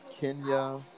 Kenya